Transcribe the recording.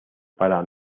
para